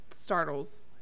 startles